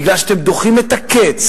בגלל שאתם דוחים את הקץ,